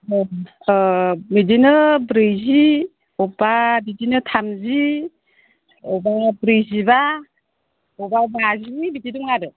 बिदिनो ब्रैजि अबेबा बिदिनो थामजि अबेबा ब्रैजिबा अबेबा बाजि बिदि दङ आरो